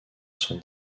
sont